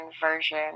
version